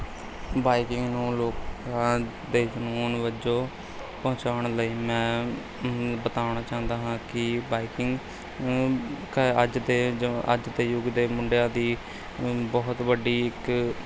biking ਨੂੰ ਲੋਕਾਂ ਦੇ ਜਨੂੰਨ ਵਜੋਂ ਪਹੁੰਚਾਉਣ ਲਈ ਮੈਂ ਬਤਾਣਾ ਚਾਹੁੁੰਦਾ ਹਾਂ ਕਿ ਬਾਈਕਿੰਗ ਅੱਜ ਦੇ ਅੱਜ ਦੇ ਯੁੱਗ ਦੇ ਮੁੰਡਿਆਂ ਦੀ ਬਹੁਤ ਵੱਡੀ ਇੱਕ